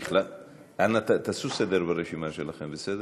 אנא, תעשו סדר ברשימה שלכם, בסדר?